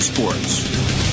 Sports